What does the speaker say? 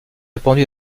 répandue